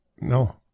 No